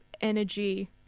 energy